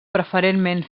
preferentment